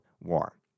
WAR